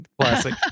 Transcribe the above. classic